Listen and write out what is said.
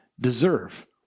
deserve